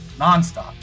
nonstop